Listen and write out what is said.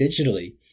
digitally